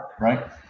right